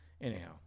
Anyhow